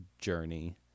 journey